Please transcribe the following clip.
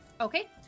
Okay